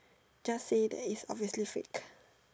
just say that is obviously fake